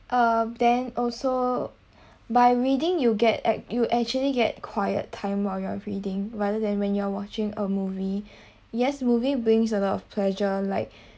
uh then also by reading you get at you actually get quiet time while you are reading rather than when you're watching a movie yes movie brings a lot of pleasure like